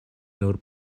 nur